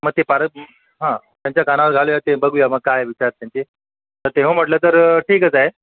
मग ते फारच हां त्यांच्या कानावर घालूयात ते बघू या मग ते काय विचार त्यांचे तर तेव्हा म्हटलं तर ठीकच आहे